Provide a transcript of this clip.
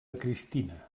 cristina